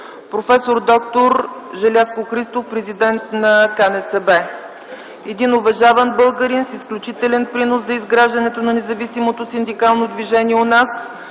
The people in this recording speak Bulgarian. проф. д-р Желязко Христов. Той е един уважаван българин, с изключителен принос в изграждането на независимото синдикално движение у нас.